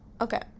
Okay